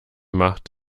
macht